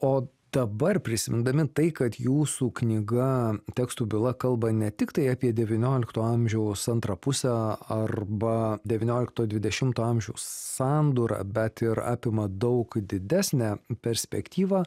o dabar prisimindami tai kad jūsų knyga tekstų byla kalba ne tiktai apie devyniolikto amžiaus antrą pusę arba devyniolikto dvidešimto amžių sandūrą bet ir apima daug didesnę perspektyvą